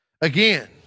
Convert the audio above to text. again